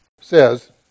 says